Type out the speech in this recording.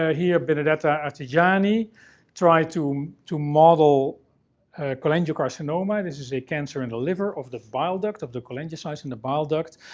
ah here. benedetta artegiani tried to to model cholangiocarcinoma. this is a cancer in the liver of the bile duct, of the cholangiocytes in the bile duct.